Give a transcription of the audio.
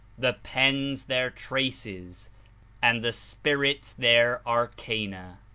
the pens their traces and the spirits their arcana.